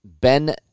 Ben